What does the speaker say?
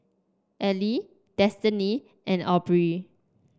Eli Destini and Aubree